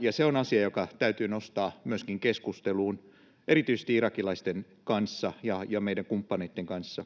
ja se on asia, joka täytyy nostaa myöskin keskusteluun erityisesti irakilaisten kanssa ja meidän kumppaneittemme kanssa.